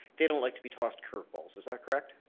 they don't like to be tossed curveballs, is that correct?